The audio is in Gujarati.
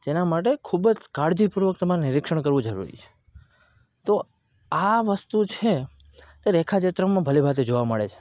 જેના માટે ખૂબ જ કાળજી પૂર્વક તમારે નિરીક્ષણ કરવું જરૂરી છે તો આ વસ્તુ છે તે રેખાચિત્રમાં ભલીભાંતિ જોવા મળે છે